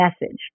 message